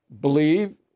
believe